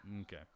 Okay